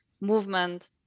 movement